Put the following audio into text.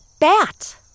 Bat